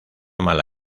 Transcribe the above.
mala